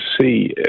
see